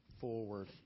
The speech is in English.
forward